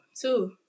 two